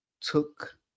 took